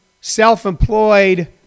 self-employed